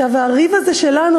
הריב הזה שלנו,